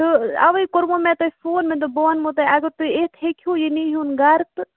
تہٕ اَوے کوٚرمَو مےٚ تۄہہِ فون مےٚ دوٚپ بہٕ وَنمو تۄہہِ اَگر تُہۍ یِتھ ہٮ۪کہو یہِ نیٖہوٗن گَرٕ تہٕ